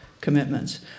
commitments